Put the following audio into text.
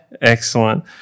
Excellent